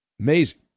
Amazing